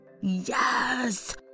Yes